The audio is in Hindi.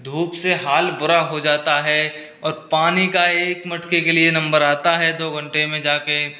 धूप से हाल बुरा हो जाता है और पानी का एक मटके के लिए नंबर आता है दो घंटे में जाकर